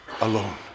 alone